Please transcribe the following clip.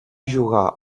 jugar